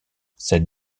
cette